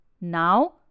Now